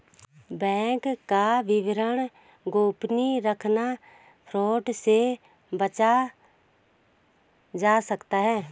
bank का विवरण गोपनीय रखकर फ्रॉड से बचा जा सकता है